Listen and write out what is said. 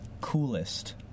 coolest